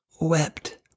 wept